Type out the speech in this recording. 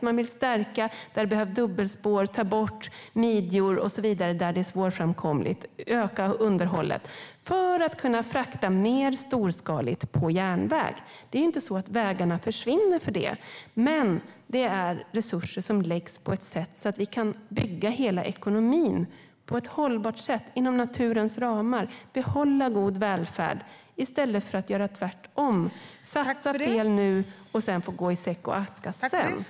Man vill stärka där det behövs dubbelspår, man vill ta bort midjor där det är svårframkomligt och man vill öka underhållet - för att kunna frakta mer storskaligt på järnväg. Det är ju inte så att vägarna försvinner för det, men resurser används på ett sådant sätt att vi kan bygga hela ekonomin på ett hållbart sätt inom naturens ramar och behålla en god välfärd - i stället för att göra tvärtom, det vill säga satsa fel nu och få gå klädda i säck och aska sedan.